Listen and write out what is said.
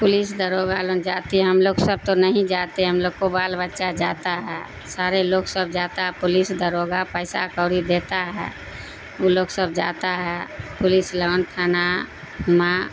police داروغہ لن جاتی ہم لوگ سب تو نہیں جاتے ہم لوگ کو بال بچہ جاتا ہے سارے لوگ سب جاتا ہے پولیس داروغہ پیسہ کوڑی دیتا ہے وہ لوگ سب جاتا ہے پولیس لن تھانہ میں